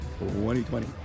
2020